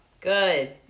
good